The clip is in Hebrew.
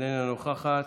אינה נוכחת.